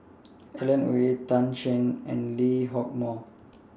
Alan Oei Tan Shen and Lee Hock Moh